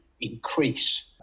increase